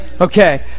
Okay